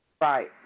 right